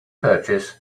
purchase